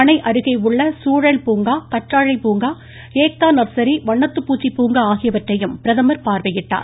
அணை அருகே உள்ள சூழல் பூங்கா கற்றாழை பூங்கா ஏக்தா நர்சரி வண்ணத்து பூச்சி பூங்கா ஆகியவற்றையும் பிரதமர் பார்வையிட்டார்